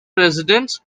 presidents